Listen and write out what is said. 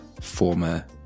former